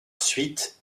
suite